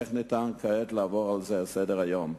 איך ניתן לעבור על זה לסדר היום?